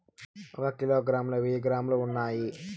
ఒక కిలోగ్రామ్ లో వెయ్యి గ్రాములు ఉన్నాయి